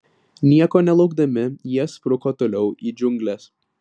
nieko nelaukdami jie spruko toliau į džiungles